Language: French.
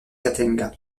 khatanga